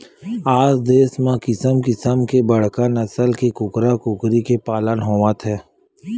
आज देस म किसम किसम के बड़का नसल के कूकरा कुकरी के पालन होवत हे